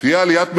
תהיה עליית מחירים,